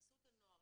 חסות הנוער,